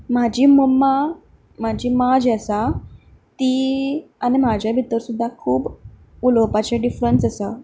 म्हजी मम्मा म्हाजी मां जी आसा ती आनी म्हाज्या भितर सुद्दा खूब उलोवपाचें डिफरंस आसा